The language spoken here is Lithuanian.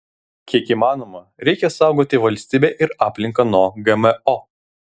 kiek įmanoma reikia saugoti valstybę ir aplinką nuo gmo